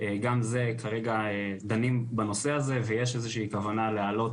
גם זה כרגע דנים בנושא הזה ויש איזה שהיא כוונה להעלות